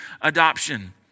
adoption